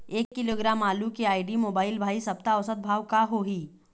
एक किलोग्राम आलू के आईडी, मोबाइल, भाई सप्ता औसत भाव का होही?